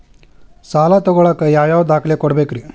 ಸಾಲ ತೊಗೋಳಾಕ್ ಯಾವ ಯಾವ ದಾಖಲೆ ಕೊಡಬೇಕ್ರಿ?